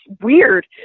weird